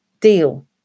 deal